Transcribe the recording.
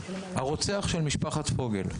הרוצח של משפחת פוגל,